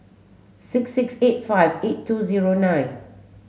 six six eight five eight two zero nine